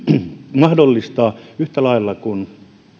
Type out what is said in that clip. mahdollistaa yhtä lailla kuin